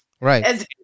Right